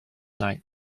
night